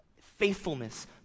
faithfulness